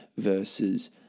versus